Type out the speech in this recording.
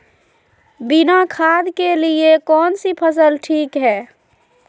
बिना खाद के लिए कौन सी फसल ठीक है?